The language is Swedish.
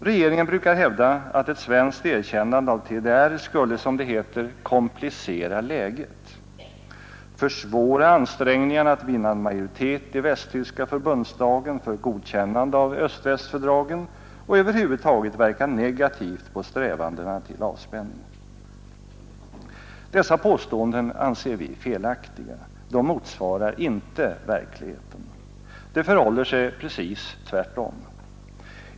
Regeringen brukar hävda att ett svenskt erkännande av TDR skulle som det heter ”komplicera läget”, försvåra ansträngningarna att vinna en majoritet i västtyska förbundsdagen för godkännande av öst-västfördragen och över huvud taget verka negativt på strävandena till avspänning. Dessa påståenden anser vi felaktiga. De motsvarar inte verkligheten. Det förhåller sig precis tvärtom.